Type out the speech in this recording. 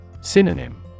Synonym